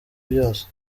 byose